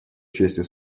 честью